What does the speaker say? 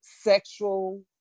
sexual